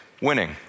winning